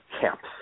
camps